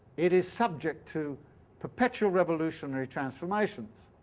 it is subject to perpetual revolutionary transformations.